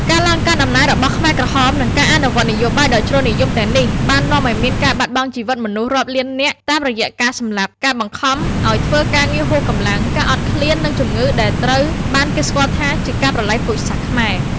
ការឡើងកាន់អំណាចរបស់ខ្មែរក្រហម និងការអនុវត្តនយោបាយដ៏ជ្រុលនិយមទាំងនេះបាននាំឱ្យមានការបាត់បង់ជីវិតមនុស្សរាប់លាននាក់ តាមរយៈការសម្លាប់ ការបង្ខំឱ្យធ្វើការងារហួសកម្លាំង ការអត់ឃ្លាន និងជំងឺ ដែលត្រូវបានគេស្គាល់ថាជាការប្រល័យពូជសាសន៍ខ្មែរ។